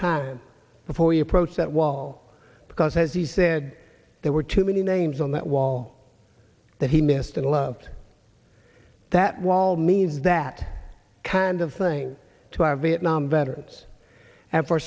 time before you approach that wall because as he said there were too many names on that wall that he missed and loved that wall means that kind of thing to our vietnam veterans and for